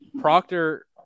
Proctor